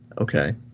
Okay